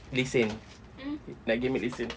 lesen nak pergi ambil lesen